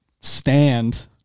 stand